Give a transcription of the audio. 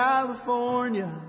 California